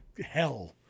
hell